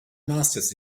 masters